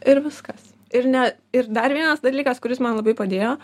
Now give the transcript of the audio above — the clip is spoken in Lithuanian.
ir viskas ir ne ir dar vienas dalykas kuris man labai padėjo